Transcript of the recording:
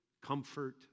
Comfort